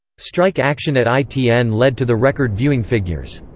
strike action at itn led to the record viewing figures.